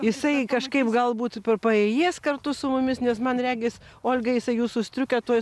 jisai kažkaip galbūt pa paėjės kartu su mumis nes man regis olgą jisai jūsų striukę tuoj